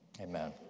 amen